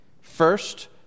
first